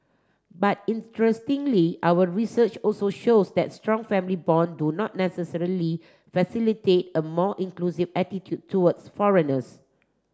but interestingly our research also shows that strong family bond do not necessarily facilitate a more inclusive attitude towards foreigners